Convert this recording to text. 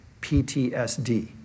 PTSD